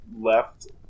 left